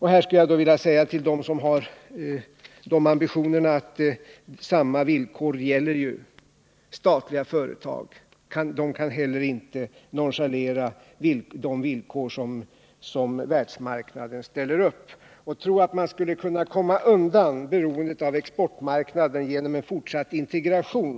Här skulle jag då vilja säga till dem som har ambitionerna att samma villkor skall gälla statliga företag. De kan heller inte nonchalera de villkor som världsmarknaden ställer upp och tro att man skulle kunna komma undan beroendet av exportmarknaderna genom en fortsatt integration.